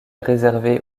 réserver